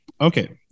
Okay